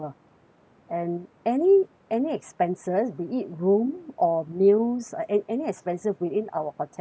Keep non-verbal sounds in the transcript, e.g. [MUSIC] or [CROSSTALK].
and any any expenses be it room or meals a~ a~ any expenses within our hotel [BREATH]